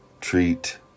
treat